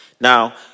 Now